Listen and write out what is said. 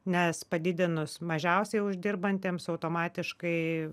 nes padidinus mažiausiai uždirbantiems automatiškai